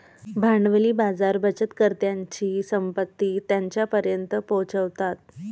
भांडवली बाजार बचतकर्त्यांची संपत्ती त्यांच्यापर्यंत पोहोचवतात